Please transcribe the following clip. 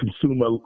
consumer